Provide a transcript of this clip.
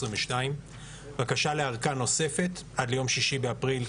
2022. בקשה לארכה נוספת עד יום 6 באפריל,